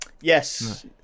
Yes